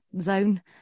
zone